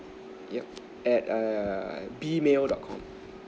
yup at err gmail dot com